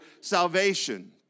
salvation